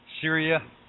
Syria